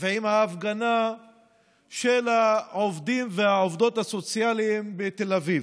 ועם ההפגנה של העובדים והעובדות הסוציאליים בתל אביב.